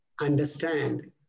understand